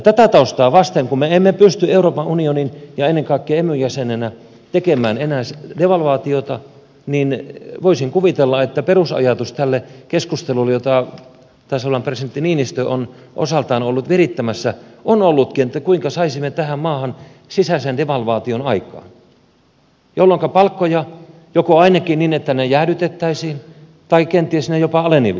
tätä taustaa vasten kun me emme pysty euroopan unionin ja ennen kaikkea emun jäsenenä tekemään enää devalvaatiota niin voisin kuvitella että perusajatus tälle keskustelulle jota tasavallan presidentti niinistö on osaltaan ollut virittämässä on ollutkin kuinka saisimme tähän maahan sisäisen devalvaation aikaan joko niin että palkat ainakin jäädytettäisiin tai kenties niin että ne jopa alenisivat